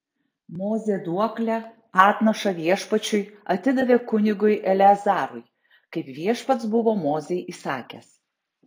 mozė duoklę atnašą viešpačiui atidavė kunigui eleazarui kaip viešpats buvo mozei įsakęs